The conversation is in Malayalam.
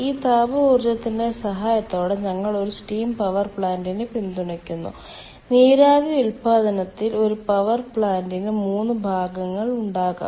ഈ താപ ഊർജ്ജത്തിന്റെ സഹായത്തോടെ ഞങ്ങൾ ഒരു സ്റ്റീം പവർ പ്ലാന്റിനെ പിന്തുണയ്ക്കുന്നു നീരാവി ഉത്പാദനത്തിൽ ഒരു പവർ പ്ലാന്റിന് 3 ഭാഗങ്ങൾ ഉണ്ടാകാം